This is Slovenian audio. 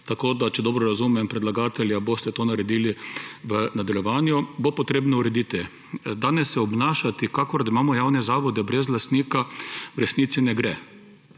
tako da če dobro razumem predlagatelj, da boste to naredili v nadaljevanju, bo potrebno urediti. Danes se obnašati, kakor da imamo javne zavode brez lastnika, v resnici ne gre.